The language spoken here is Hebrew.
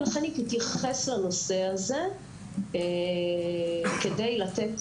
לכן היא תתייחס לנושא הזה כדי לתת